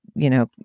you know,